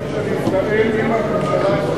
קבעתי שאני אתאם עם הממשלה,